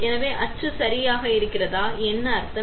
எனவே அச்சு சரியாக என்ன அர்த்தம்